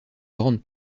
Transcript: grandes